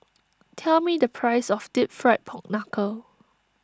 tell me the price of Deep Fried Pork Knuckle